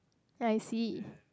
I see